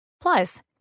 Plus